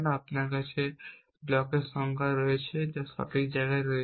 আপনার কাছে ব্লকের সংখ্যা রয়েছে যা সঠিক জায়গায় রয়েছে